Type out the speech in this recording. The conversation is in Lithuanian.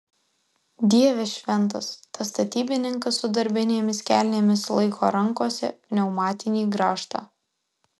dieve šventas tas statybininkas su darbinėmis kelnėmis laiko rankose pneumatinį grąžtą